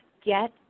Get